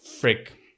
frick